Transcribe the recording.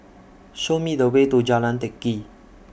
Show Me The Way to Jalan Teck Kee